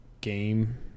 game